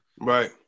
Right